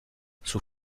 sous